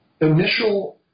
initial